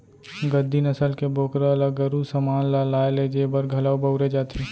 गद्दी नसल के बोकरा ल गरू समान ल लाय लेजे बर घलौ बउरे जाथे